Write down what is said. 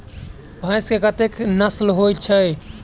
भैंस केँ कतेक नस्ल होइ छै?